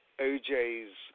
O.J.'s